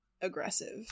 aggressive